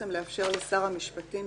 "שר המשפטים,